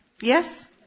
Yes